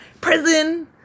prison